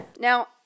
Now